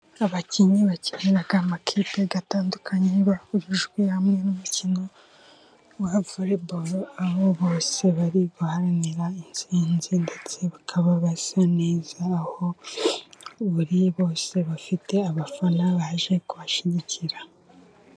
Abakinnyi bakinira amakipe atandukanye, bahurijwe hamwe n'umukino wa volebolo ,abo bose bari guharanira insinzi ndetse bakababa basa neza aho buri bose bafite abafana baje kubashyigikira.